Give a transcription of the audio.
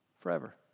Forever